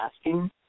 asking